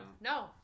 No